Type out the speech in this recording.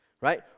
Right